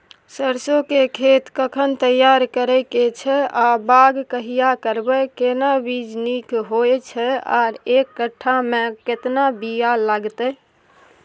सरसो के खेत कखन तैयार करै के छै आ बाग कहिया करबै, केना बीज नीक होय छै आर एक कट्ठा मे केतना बीया लागतै?